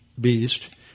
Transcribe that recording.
Beast